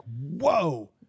whoa